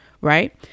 Right